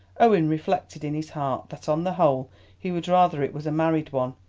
owen reflected in his heart that on the whole he would rather it was a married one,